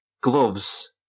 gloves